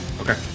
Okay